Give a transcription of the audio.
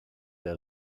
der